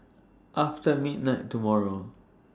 after midnight tomorrow